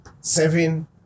Seven